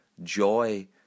joy